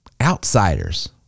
outsiders